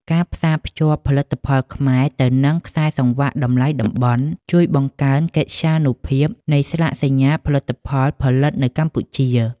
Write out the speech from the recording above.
ការផ្សារភ្ជាប់ផលិតផលខ្មែរទៅនឹងខ្សែសង្វាក់តម្លៃតំបន់ ជួយបង្កើនកិត្យានុភាពនៃស្លាកសញ្ញាផលិតផលផលិតនៅកម្ពុជា។